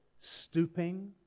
stooping